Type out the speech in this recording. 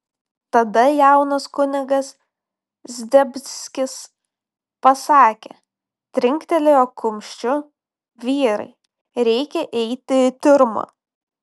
tada jaunas kunigas zdebskis pasakė trinktelėjo kumščiu vyrai reikia eiti į tiurmą